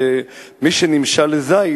שמי שנמשל לזית,